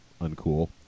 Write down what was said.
uncool